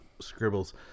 scribbles